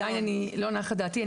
עדיין לא נחה דעתי,